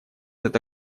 эта